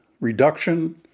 reduction